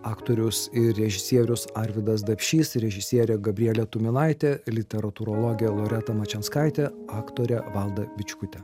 aktorius ir režisierius arvydas dapšys ir režisierė gabrielė tuminailė literatūrologė loreta mačianskaitė aktorė valda bičkutė